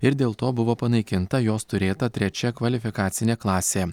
ir dėl to buvo panaikinta jos turėta trečia kvalifikacinė klasė